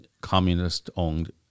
communist-owned